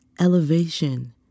elevation